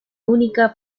única